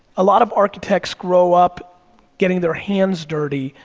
a lot of architects grow up getting their hands dirty,